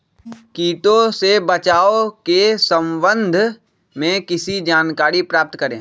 किटो से बचाव के सम्वन्ध में किसी जानकारी प्राप्त करें?